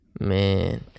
man